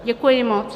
Děkuji moc.